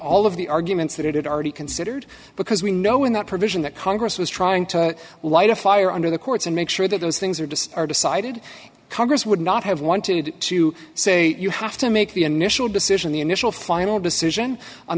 all of the arguments that it had already considered because we know in that provision that congress was trying to light a fire under the courts and make sure that those things are just are decided congress would not have wanted to say you have to make the initial decision the initial final decision on